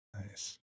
Nice